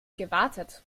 gewartet